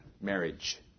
marriage